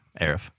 Arif